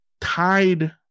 tied